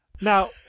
Now